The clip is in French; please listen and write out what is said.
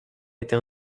été